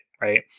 Right